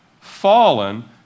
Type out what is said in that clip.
Fallen